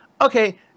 okay